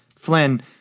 Flynn